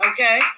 okay